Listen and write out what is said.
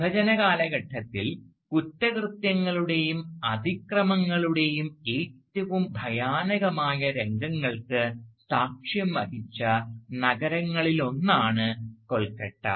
വിഭജന കാലഘട്ടത്തിൽ കുറ്റകൃത്യങ്ങളുടെയും അതിക്രമങ്ങളുടെയും ഏറ്റവും ഭയാനകമായ രംഗങ്ങൾക്ക് സാക്ഷ്യം വഹിച്ച നഗരങ്ങളിലൊന്നാണ് കൊൽക്കത്ത